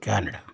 Canada